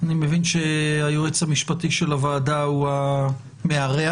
אני מבין שהיועץ המשפטי של הוועדה הוא המארח,